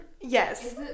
yes